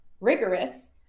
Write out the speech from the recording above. rigorous